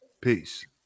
Peace